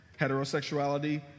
heterosexuality